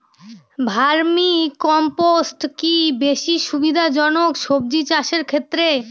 Vermi compost কি বেশী সুবিধা জনক সবজি চাষের ক্ষেত্রে?